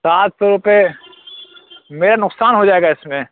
سات سو روپے میرا نقصان ہو جائے گا اس میں